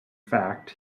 fact